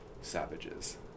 savages